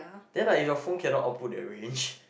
then like if your phone cannot output that range